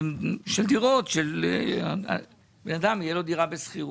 של דירות, של בן אדם תהיה לו דירה בשכירות.